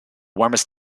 warmest